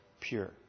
pure